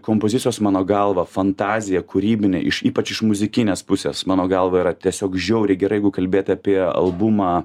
kompozicijos mano galva fantazija kūrybinė iš ypač iš muzikinės pusės mano galva yra tiesiog žiauriai gerai jeigu kalbėti apie albumą